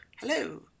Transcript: Hello